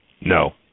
No